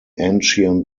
ancient